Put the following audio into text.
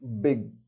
big